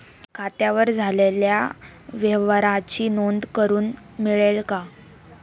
खात्यावर झालेल्या व्यवहाराची नोंद करून मिळेल का?